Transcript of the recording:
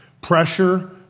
pressure